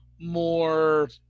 more